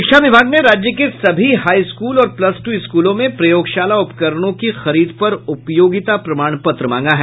शिक्षा विभाग ने राज्य के सभी हाई स्कूल और प्लस टू स्कूलों में प्रयोगशाला उपकरणों की खरीद पर उपयोगिता प्रमाण पत्र मांगा है